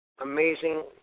amazing